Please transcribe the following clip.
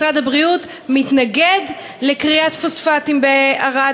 משרד הבריאות מתנגד לכריית פוספטים בערד,